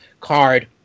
card